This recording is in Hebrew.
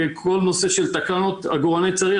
כל הנושא של תקנות עגורני צריח,